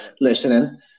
listening